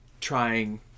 trying